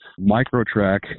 Microtrack